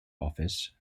office